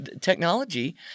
Technology